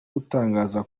butangaza